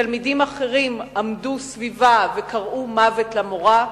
תלמידים אחרים עמדו סביבה וקראו "מוות למורה".